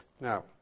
Now